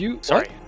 sorry